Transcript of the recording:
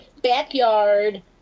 backyard